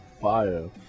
fire